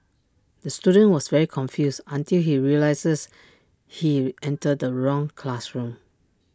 the student was very confused until he realised he entered the wrong classroom